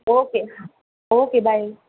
okay okay bye